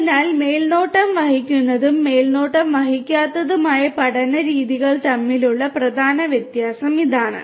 അതിനാൽ മേൽനോട്ടം വഹിക്കുന്നതും മേൽനോട്ടം വഹിക്കാത്തതുമായ പഠന രീതികൾ തമ്മിലുള്ള പ്രധാന വ്യത്യാസം ഇതാണ്